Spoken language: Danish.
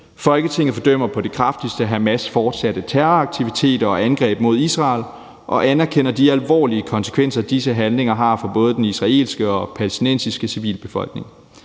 »Folketinget fordømmer på det kraftigste Hamas' fortsatte terroraktiviteter og angreb mod Israel og anerkender de alvorlige konsekvenser, disse handlinger har, for både den israelske og palæstinensiske civilbefolkning.